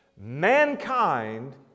Mankind